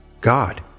God